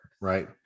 right